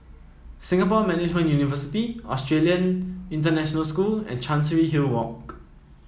Singapore Management University Australian International School and Chancery Hill Walk